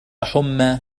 حمى